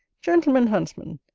gentleman huntsman,